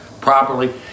properly